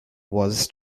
was